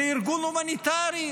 זה ארגון הומניטרי,